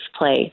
play